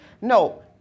No